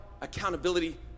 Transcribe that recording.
accountability